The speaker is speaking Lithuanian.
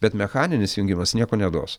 bet mechaninis jungimas nieko neduos